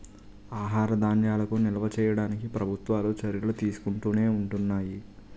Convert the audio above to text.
ఆహార ధాన్యాలను నిల్వ చేయడానికి ప్రభుత్వాలు చర్యలు తీసుకుంటునే ఉంటున్నాయి